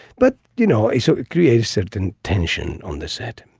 but, you know, you so create a certain tension on the set.